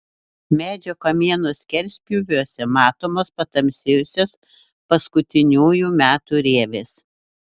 medžio kamieno skerspjūviuose matomos patamsėjusios paskutiniųjų metų rievės